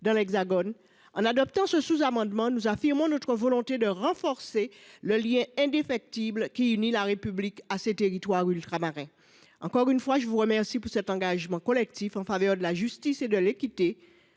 dans l’Hexagone. En adoptant ce sous amendement, nous affirmons notre volonté de renforcer le lien indéfectible qui unit la République à ces territoires ultramarins. Encore une fois, je vous remercie pour cet engagement collectif en faveur de la justice et de l’équité.